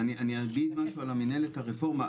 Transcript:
אני אגיד משהו על מינהלת הרפורמה,